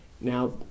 Now